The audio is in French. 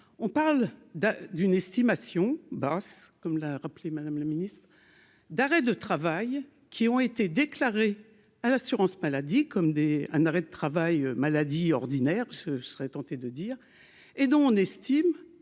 on parle d'un d'une estimation basse, comme l'a rappelé : Madame le Ministre, d'arrêt de travail qui ont été déclarées à l'assurance-maladie, comme des un arrêt de travail maladie ordinaire, je serais tenté de dire. Et dont on estime,